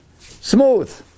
Smooth